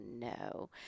no